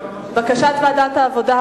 בקשת ועדת העבודה,